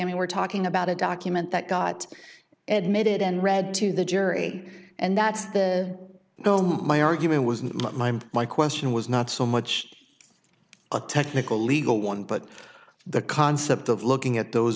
i mean we're talking about a document that got edited and read to the jury and that's the goal my argument was not let my and my question was not so much a technical legal one but the concept of looking at those